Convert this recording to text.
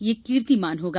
यह कीर्तिमान होगा